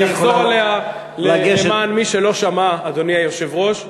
אני אחזור עליה למען מי שלא שמע, אדוני היושב-ראש.